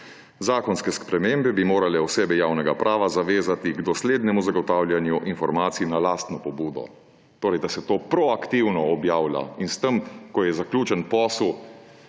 Zakonske spremembe bi morale osebe javnega prava zavezati k doslednemu zagotavljanju informacij na lastno pobudo. Torej da se to proaktivno objavlja in s tem, ko je zaključen posel,